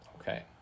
Okay